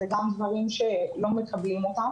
אלו גם דברים שלא מקבלים.